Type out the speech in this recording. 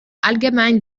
allgemein